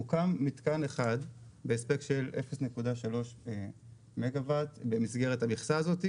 הוקם מתקן אחד בהספק של 0.3 מגה וואט במסגרת המכסה הזאת.